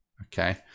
Okay